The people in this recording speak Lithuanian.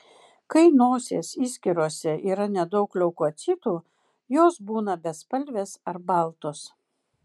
kai nosies išskyrose yra nedaug leukocitų jos būna bespalvės ar baltos